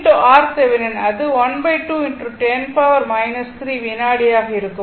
CRThevenin அது ½ x 10 3 வினாடி ஆக இருக்கும்